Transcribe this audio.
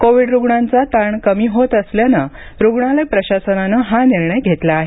Covid रुग्णांचा ताण कमी होत असल्यानं रुग्णालय प्रशासनानं हा निर्णय घेतला आहे